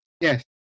Yes